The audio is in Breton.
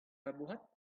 labourat